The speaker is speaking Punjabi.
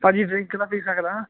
ਭਾਜੀ ਡਰਿੰਕ ਤਾਂ ਪੀ ਸਕਦਾਂ